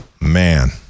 Man